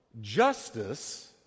Justice